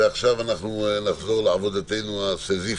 עכשיו נחזור לעבודתנו הסיזיפית.